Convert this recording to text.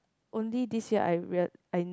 only this year I real~ I